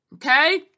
Okay